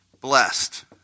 blessed